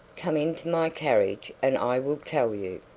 come into my carriage, and i will tell you.